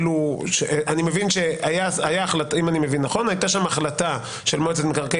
אם אני מבין נכון הייתה שם החלטה של מועצת מקרקעי